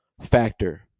factor